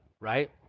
right